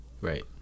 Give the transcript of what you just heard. right